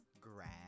grab